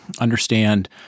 understand